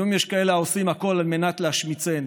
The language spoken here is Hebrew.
היום יש כאלה העושים הכול על מנת להשמיצני,